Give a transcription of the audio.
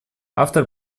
автор